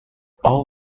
all